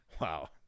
Wow